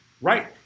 Right